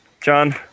John